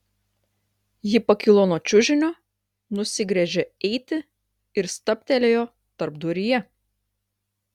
ji pakilo nuo čiužinio nusigręžė eiti ir stabtelėjo tarpduryje